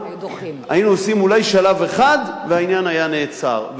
היינו עושים אולי שלב אחד והעניין היה נעצר.